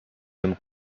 homme